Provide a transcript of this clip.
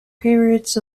periods